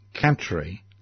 country